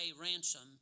ransom